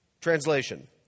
Translation